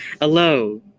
Hello